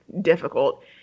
difficult